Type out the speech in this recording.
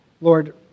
Lord